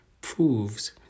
proves